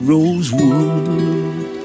Rosewood